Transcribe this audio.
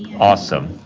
awesome.